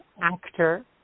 actor